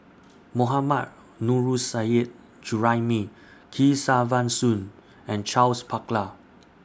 Mohammad Nurrasyid Juraimi Kesavan Soon and Charles Paglar